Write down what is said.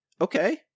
Okay